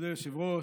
מכובדי היושב-ראש,